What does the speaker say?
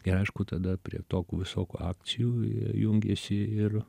aišku tada prie tokių visokių akcijų jungėsi ir